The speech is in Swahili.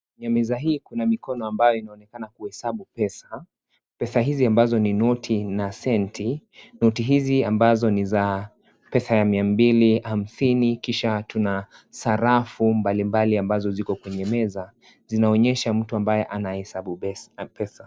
Kwenye meza hii kuna mikono ambayo inaonekana kuhesabu pesa, pesa hizi ambazo ni noti na senti noti hizi ambazo ni za pesa ya mia mbili hamsini kisha tuna sarafu mbali mbali ambazo ziko kwenye meza zinaonyesha mtu ambaye ana hesabu pesa.